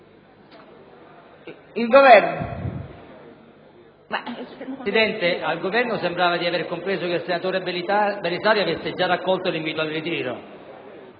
Parlamento*. Presidente, al Governo sembrava di aver compreso che il senatore Belisario avesse già accolto l'invito al ritiro.